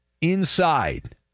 inside